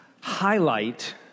highlight